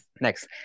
next